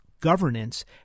governance